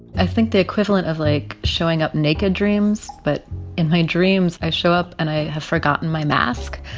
i think the equivalent of, like, showing up naked dreams, but in my dreams, i show up, and i have forgotten my mask.